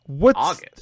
August